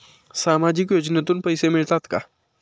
सामाजिक योजनेतून पैसे मिळतात का?